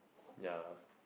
ya